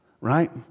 Right